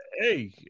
Hey